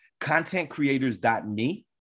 contentcreators.me